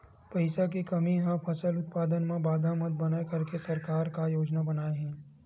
पईसा के कमी हा फसल उत्पादन मा बाधा मत बनाए करके सरकार का योजना बनाए हे?